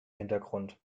hintergrund